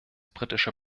britische